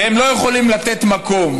והם לא יכולים לתת מקום